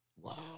Wow